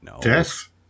Death